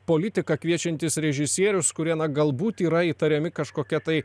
politiką kviečiantis režisierius kurie galbūt yra įtariami kažkokia tai